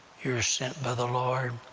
you're sent by the lord.